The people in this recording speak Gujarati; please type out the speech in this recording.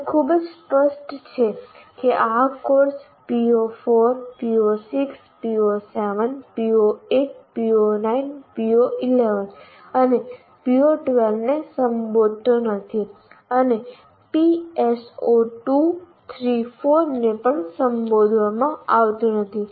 તે ખૂબ જ સ્પષ્ટ છે કે આ course PO4 PO6 PO7 PO8 PO9 PO11 અને PO12 ને સંબોધતો નથી અને PSO2 3 4 ને પણ સંબોધવામાં આવતો નથી